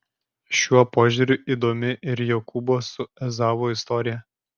šiuo požiūriu įdomi ir jokūbo su ezavu istorija